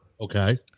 Okay